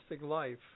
Life